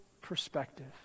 perspective